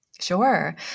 Sure